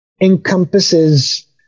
encompasses